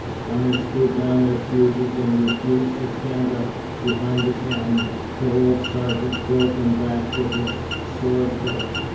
gunners threw down their fuses and refused to stand up behind the cannon till old sargeant drove them back with his sword hilt.